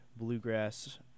bluegrass